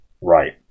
Right